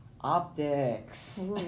Optics